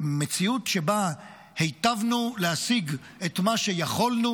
במציאות שבה היטבנו להשיג את מה שיכולנו,